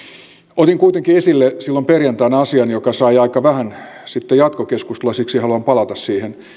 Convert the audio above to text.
otin kuitenkin silloin perjantaina esille asian joka sai aika vähän sitten jatkokeskustelua ja siksi haluan palata siihen